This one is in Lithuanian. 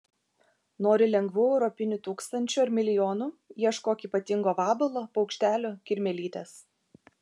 nori lengvų europinių tūkstančių ar milijonų ieškok ypatingo vabalo paukštelio kirmėlytės